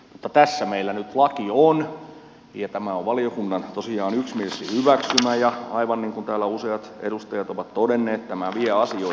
mutta tässä meillä nyt laki on ja tämä on tosiaan valiokunnan yksimielisesti hyväksymä ja aivan niin kuin täällä useat edustajat ovat todenneet tämä vie asioita eteenpäin